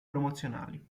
promozionali